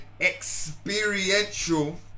experiential